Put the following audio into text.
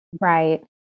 Right